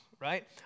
right